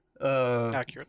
Accurate